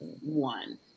one